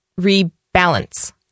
rebalance